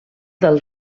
del